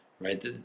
right